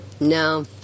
No